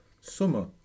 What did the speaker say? summer